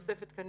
תוספת תקנים,